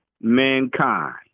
mankind